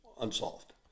unsolved